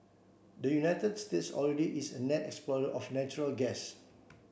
the United States already is a net exporter of natural gas